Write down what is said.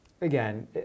again